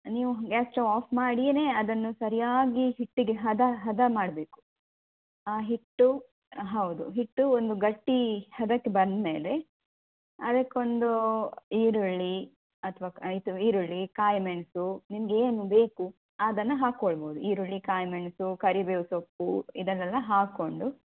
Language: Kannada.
ನೀವು ಗ್ಯಾಸ್ ಸ್ಟೌ ಆಫ್ ಮಾಡಿನೇ ಅದನ್ನು ಸರಿಯಾಗಿ ಹಿಟ್ಟಿಗೆ ಹದ ಹದ ಮಾಡಬೇಕು ಆ ಹಿಟ್ಟು ಹೌದು ಹಿಟ್ಟು ಒಂದು ಗಟ್ಟಿ ಹದಕ್ಕೆ ಬಂದಮೇಲೆ ಅದಕ್ಕೊಂದು ಈರುಳ್ಳಿ ಅಥವ ಇದದು ಈರುಳ್ಳಿ ಕಾಯಿಮೆಣ್ಸು ನಿಮಗೆ ಏನು ಬೇಕು ಅದನ್ನು ಹಾಕ್ಕೊಳ್ಬೌದು ಈರುಳ್ಳಿ ಕಾಯಿಮೆಣ್ಸು ಕರಿ ಬೇವು ಸೊಪ್ಪು ಇದನ್ನೆಲ್ಲ ಹಾಕ್ಕೊಂಡು